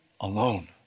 alone